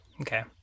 Okay